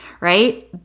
right